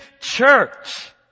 church